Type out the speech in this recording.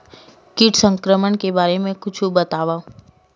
कीट संक्रमण के बारे म कुछु बतावव?